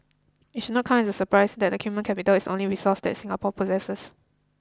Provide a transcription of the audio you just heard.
it should not come as a surprise that the human capital is only resource that Singapore possesses